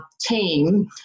team